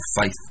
faith